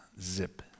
zip